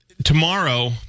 Tomorrow